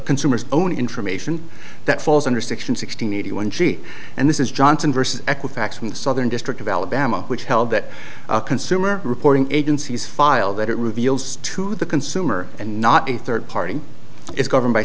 consumers own information that falls under section sixteen eighty one g and this is johnson versus equifax from the southern district of alabama which held that consumer reporting agencies file that it reveals to the consumer and not a third party is governed by